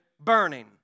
burning